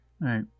Right